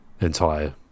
entire